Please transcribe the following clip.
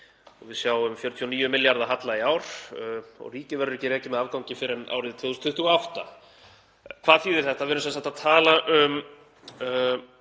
Við sjáum 49 milljarða halla í ár og ríkið verður ekki rekið með afgangi fyrr en árið 2028. Hvað þýðir þetta? Við erum sem sagt að tala um